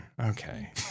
Okay